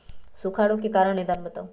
सूखा रोग के कारण और निदान बताऊ?